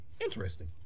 Interesting